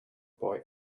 boy